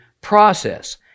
process